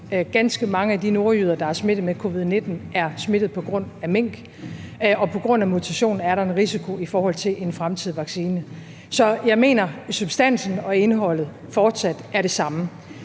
Ganske mange af de nordjyder, der er smittet med covid-19, er smittet på grund af mink, og på grund af mutation er der en risiko i forhold til en fremtidig vaccine. Så jeg mener, at substansen og indholdet fortsat er det samme.